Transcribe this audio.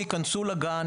ייכנסו לגן,